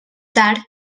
tard